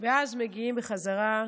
ואז מגיעים בחזרה,